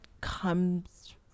comes